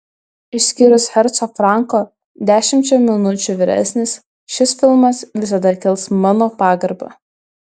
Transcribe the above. išskyrus herco franko dešimčia minučių vyresnis šis filmas visada kels mano pagarbą